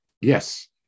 yes